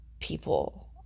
people